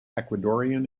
ecuadorian